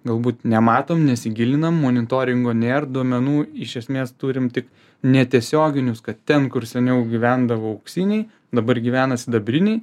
galbūt nematom nesigilinam monitoringo nėr duomenų iš esmės turim tik netiesioginius kad ten kur seniau gyvendavo auksiniai dabar gyvena sidabriniai